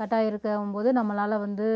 cut ஆகியிருக்கும்போது நம்மளால் வந்து